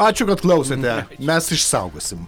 ačiū kad klausėte mes išsaugosim